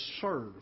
serve